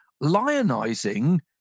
lionizing